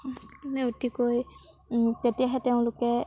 মানে অতিকৈ তেতিয়াহে তেওঁলোকে